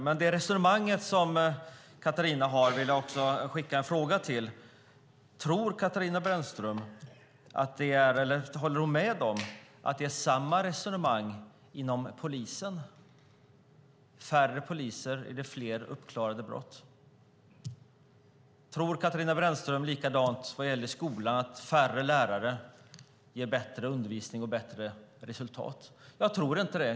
Jag vill ställa en fråga om det resonemanget. Håller Katarina Brännström med om att det ska vara samma resonemang inom polisen? Innebär färre poliser att det blir fler uppklarade brott? Tror Katarina Brännström likadant när det gäller skolan, att färre lärare ger bättre undervisning och bättre resultat? Jag tror inte det.